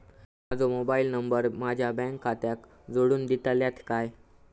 माजो mobile number माझ्या bank खात्याक जोडून दितल्यात काय?